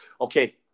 Okay